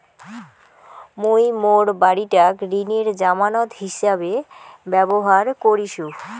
মুই মোর বাড়িটাক ঋণের জামানত হিছাবে ব্যবহার করিসু